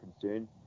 concern